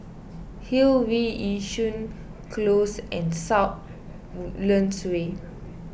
Hillview Yishun Close and South Woodlands Way